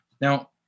Now